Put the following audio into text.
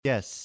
Yes